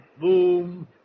Boom